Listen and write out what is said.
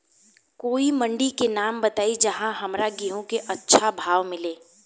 कोई मंडी के नाम बताई जहां हमरा गेहूं के अच्छा भाव मिले?